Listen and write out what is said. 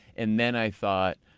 and then, i thought,